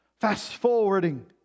fast-forwarding